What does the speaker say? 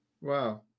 Wow